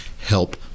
help